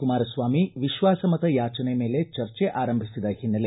ಕುಮಾರಸ್ವಾಮಿ ವಿಶ್ವಾಸಮತ ಯಾಚನೆ ಮೇಲೆ ಚರ್ಚೆ ಆರಂಭಿಸಿದ ಹಿನ್ನೆಲೆ